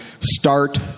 start